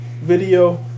video